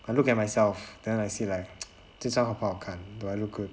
I look at myself then I see like 这张好不好看 do I look good